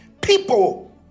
people